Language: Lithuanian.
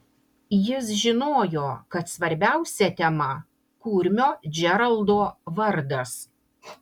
jis žinojo kad svarbiausia tema kurmio džeraldo vardas